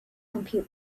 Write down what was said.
compute